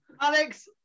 Alex